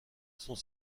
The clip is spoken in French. sont